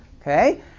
Okay